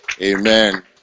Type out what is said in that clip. Amen